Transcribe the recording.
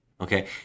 Okay